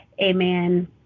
Amen